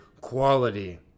quality